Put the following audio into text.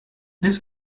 this